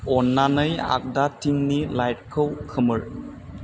अन्नानै आगदाथिंनि लाइटखौ खोमोर